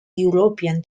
european